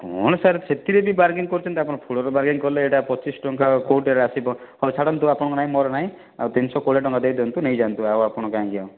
କ'ଣ ସାର୍ ସେତିରେ ବି ବାରଗିନିଙ୍ଗ୍ କରୁଛନ୍ତି ଆପଣ ଫୁଲର ବାରଗିନିଙ୍ଗ୍ ଏଇଟା ପଚିଶି ଟଙ୍କା କେଉଁଟାରେ ଆସିବ ହଉ ଛାଡ଼ନ୍ତୁ ଆପଣଙ୍କ ନାଇଁ ମୋର ନାଇଁ ଆଉ ତିନିଶହ କୋଡ଼ିଏ ଟଙ୍କା ଦେଇ ଦିଅନ୍ତୁ ନେଇଯାନ୍ତୁ ଆଉ ଆପଣ କାଁ ଦିଅ